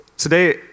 Today